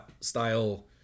style